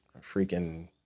freaking